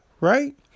right